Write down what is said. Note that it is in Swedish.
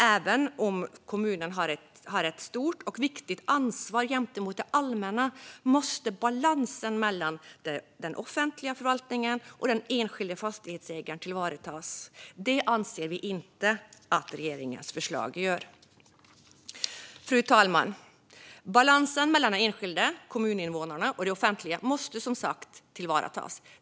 Även om kommunen har ett stort och viktigt ansvar gentemot det allmänna, måste balansen mellan den offentliga förvaltningen och den enskilda fastighetsägaren tillvaratas. Det anser vi inte att regeringens förslag gör. Fru talman! Balansen mellan den enskilda kommuninvånaren och det offentliga måste som sagt tillvaratas.